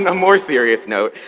more serious note,